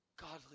Godly